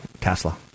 Tesla